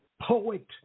poet